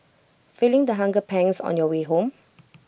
feeling the hunger pangs on your way home